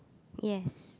yes